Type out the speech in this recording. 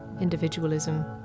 individualism